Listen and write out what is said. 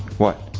what?